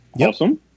Awesome